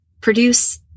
produce